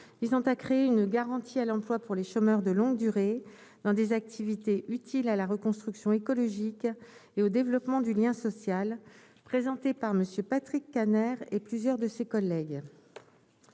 ils ont à créer une garantie à l'emploi pour les chômeurs de longue durée dans des activités utiles à la reconstruction écologique et au développement du lien social, présenté par Monsieur Patrick Kanner, et plusieurs de ses collègues.